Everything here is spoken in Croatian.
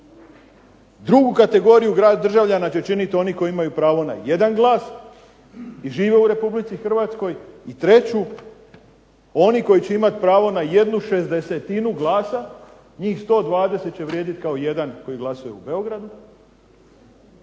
Drugi kategoriju državljana će činiti oni koji imaju pravo na jedan glas i žive u Republici Hrvatskoj. I treću, oni koji će imati pravo na jednu šezdesetinu glasa, njih 120 će vrijediti koji glasuje u Beogradu